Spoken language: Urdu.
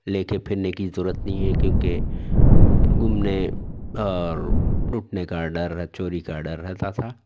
لے کے پھرنے کی ضرورت نہیں ہے کیونکہ گمنے اور لٹنے کا ڈر چوری کا ڈر رہتا تھا